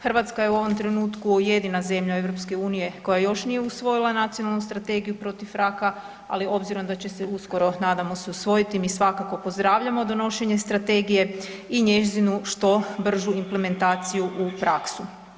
Hrvatska je u ovom trenutku jedina zemlja EU koja još nije usvojila Nacionalnu strategiju protiv raka, ali obzirom da će se uskoro nadamo se usvojiti mi svakako pozdravljamo donošenje strategije i njezinu što bržu implementaciju u praksu.